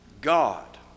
God